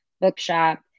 bookshop